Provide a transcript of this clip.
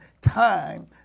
time